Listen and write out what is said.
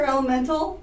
Elemental